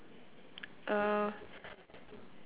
uh